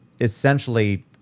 essentially